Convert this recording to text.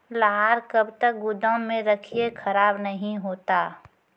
लहार कब तक गुदाम मे रखिए खराब नहीं होता?